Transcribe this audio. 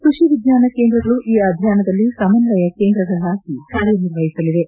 ಕ್ಕಷಿ ವಿಜ್ಞಾನ ಕೇಂದ್ರಗಳು ಈ ಅಭಿಯಾನದಲ್ಲಿ ಸಮನ್ವಯ ಕೇಂದ್ರಗಳಾಗಿ ಕಾರ್ಯನಿರ್ವಹಿಸಲಿವೆ